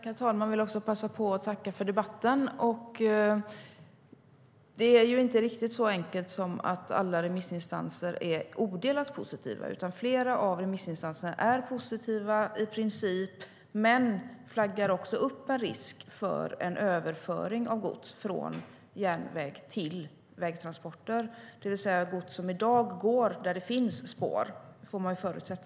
Herr talman! Jag vill också passa på att tacka för debatten. Det är inte riktigt så enkelt som att alla remissinstanser är odelat positiva. Flera av remissinstanserna är positiva i princip, men de flaggar för en risk för en överföring av gods från järnväg till väg, det vill säga gods som i dag går där det finns spår.